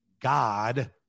God